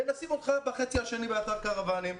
ונשים אותך בחצי השני באתר קרוואנים.